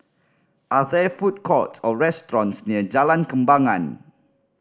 are there food courts or restaurants near Jalan Kembangan